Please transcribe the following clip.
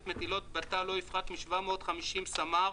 מטילה בתא לא יפחת משבע מאות וחמישים סמ"ר,